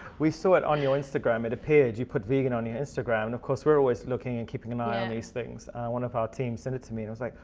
we saw it on your instagram. it appeared, you put vegan on your instagram. and of course, we're always looking and keeping an eye on these things. one of our team sent it to me and it was like,